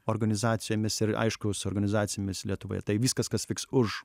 organizacijomis ir aišku su organizacijomis lietuvoje tai viskas kas vyks už